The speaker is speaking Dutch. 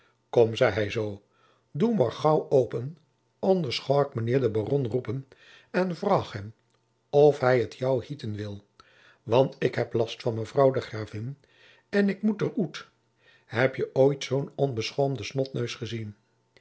kom zei hij zoo doe moâr gaauw open anders goâ ik mijnheer den baron roepen en vroâg hem of hij het jou hieten wil want ik heb last van mevrouw de gravin en ik moet er oet hebje ooit zoôn onbeschoâmde snotneus gezien